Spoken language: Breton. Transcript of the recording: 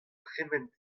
tremen